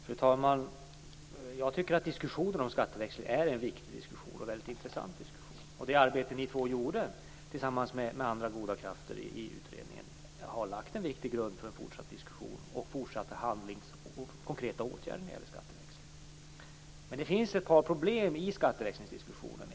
Fru talman! Diskussionen om skatteväxling är viktig och väldigt intressant. Det arbete ni två gjorde tillsammans med andra goda krafter i utredningen har lagt en viktig grund för fortsatt diskussion och konkreta åtgärder när det gäller skatteväxling. Det finns ett par problem i skatteväxlingsdiskussionen.